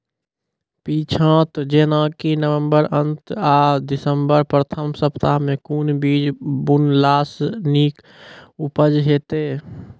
पीछात जेनाकि नवम्बर अंत आ दिसम्बर प्रथम सप्ताह मे कून बीज बुनलास नीक उपज हेते?